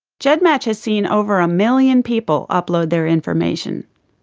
gedmatch has seen over a million people upload their information.